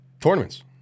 Tournaments